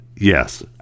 Yes